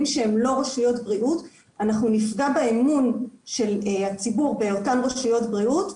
שהם לא רשויות בריאות אנחנו נפגע באמון של הציבור באותן רשויות בריאות,